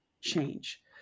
change